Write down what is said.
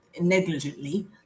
negligently